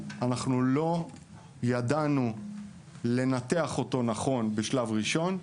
אנחנו לא ידענו לנתח אותו נכון בשלב ראשון,